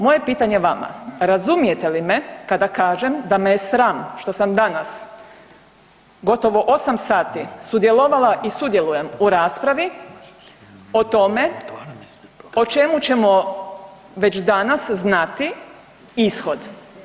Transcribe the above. Moje pitanje vama, razumijete li me kada kažem da me je sram što sam danas gotovo 8 sati sudjelovala i sudjelujem u raspravi o tome o čemu ćemo već danas znati ishod.